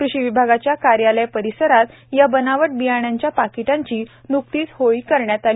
कृषी विभागाच्या कार्यालय परिसरात या बनावट बियाणांच्या पाकिटांची न्कतीच होळी करण्यात आली